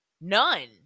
None